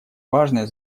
важное